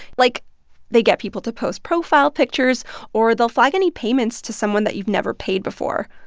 like they get people to post profile pictures or they'll flag any payments to someone that you've never paid before.